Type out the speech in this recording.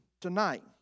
tonight